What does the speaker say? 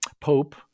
pope